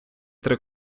три